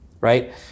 right